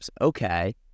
Okay